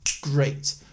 great